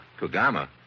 Kugama